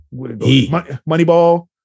Moneyball